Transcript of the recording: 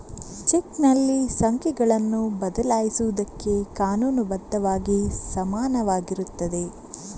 ಚೆಕ್ನಲ್ಲಿ ಸಂಖ್ಯೆಗಳನ್ನು ಬದಲಾಯಿಸುವುದಕ್ಕೆ ಕಾನೂನು ಬದ್ಧವಾಗಿ ಸಮಾನವಾಗಿರುತ್ತದೆ